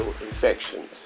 infections